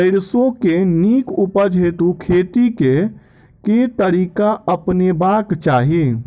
सैरसो केँ नीक उपज हेतु खेती केँ केँ तरीका अपनेबाक चाहि?